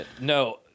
no